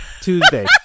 Tuesday